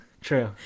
True